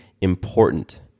important